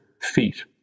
feet